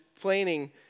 planning